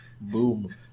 Boom